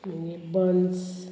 buns